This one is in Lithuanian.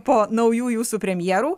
po naujų jūsų premjerų